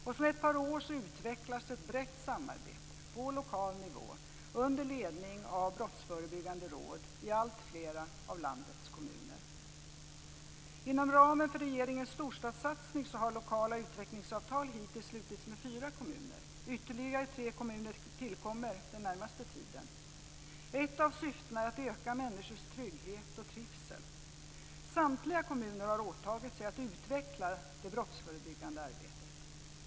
Sedan ett par år utvecklas ett brett samarbete på lokal nivå under ledning av brottsförebyggande råd i alltfler av landets kommuner. Inom ramen för regeringens storstadssatsning har lokala utvecklingsavtal hittills slutits med fyra kommuner. Ytterligare tre kommuner tillkommer den närmaste tiden. Ett av syftena är att öka människors trygghet och trivsel. Samtliga kommuner har åtagit sig att utveckla det brottsförebyggande arbetet.